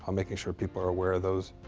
um making sure people are aware of those